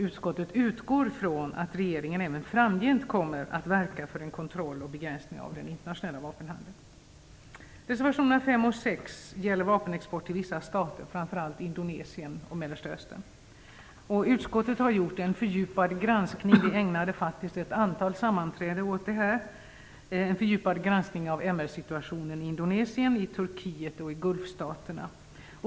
Utskottet utgår från att regeringen även framgent kommer att verka för en kontroll och begränsning av den internationella vapenhandeln. Östern. Utskottet har gjort en fördjupad granskning av Gulfstaterna. Vi ägnade faktiskt ett antal sammanträden åt detta.